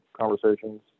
conversations